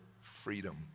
freedom